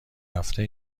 رفته